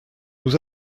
nous